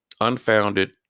unfounded